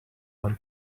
one